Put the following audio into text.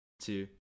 two